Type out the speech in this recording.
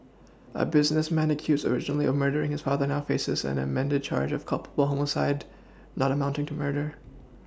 a businessman accused originally of murdering his father now faces an amended charge of culpable homicide not amounting to murder